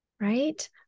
Right